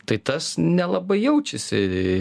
tai tas nelabai jaučiasi